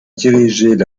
dirigeaient